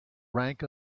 rank